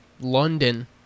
London